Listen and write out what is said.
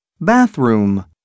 Bathroom